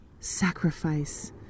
sacrifice